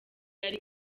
yari